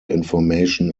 information